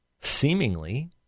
seemingly